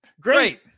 Great